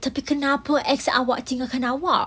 jadi kenapa ex awak tinggalkan awak